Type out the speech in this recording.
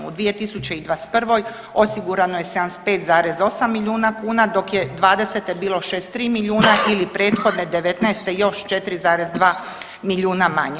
U 2021. osigurano je 75,8 milijuna kuna dok je '20. bilo 63 milijuna ili prethodne '19. još 4,2 milijuna manje.